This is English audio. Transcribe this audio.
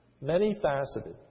Many-faceted